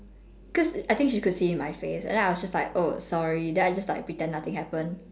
cause I think she could see it in my face and then I was just like oh sorry then I just like pretend nothing happen